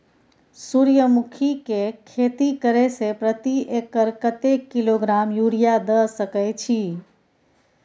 सूर्यमुखी के खेती करे से प्रति एकर कतेक किलोग्राम यूरिया द सके छी?